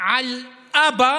על אבא